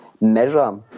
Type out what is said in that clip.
measure